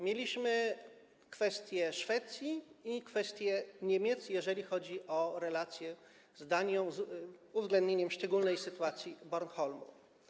Mieliśmy kwestię Szwecji i kwestię Niemiec, jeżeli chodzi o relacje z Danią, z uwzględnieniem szczególnej sytuacji Bornholmu.